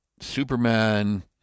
Superman